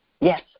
Yes